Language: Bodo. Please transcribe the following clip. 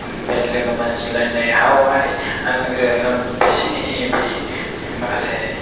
बे लोगो मोनज्लायनावहाय आङो बिसोरनि बे माखासे